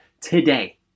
today